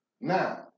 Now